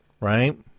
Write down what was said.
right